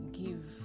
give